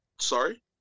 Sorry